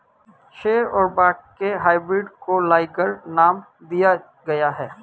शेर और बाघ के हाइब्रिड को लाइगर नाम दिया गया है